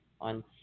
on